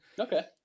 okay